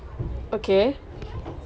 okay